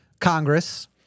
Congress